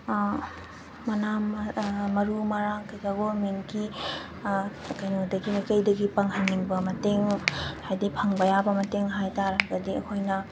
ꯃꯔꯨ ꯃꯔꯥꯡ ꯀꯩꯀꯥ ꯒꯣꯔꯃꯦꯟꯒꯤ ꯀꯩꯅꯣꯗꯒꯤ ꯃꯥꯏꯀꯩꯗꯒꯤ ꯄꯥꯡꯍꯟꯅꯤꯡꯕ ꯃꯇꯦꯡ ꯍꯥꯏꯗꯤ ꯐꯪꯕ ꯌꯥꯕ ꯃꯇꯦꯡ ꯍꯥꯏꯇꯥꯔꯒꯗꯤ ꯑꯩꯈꯣꯏꯅ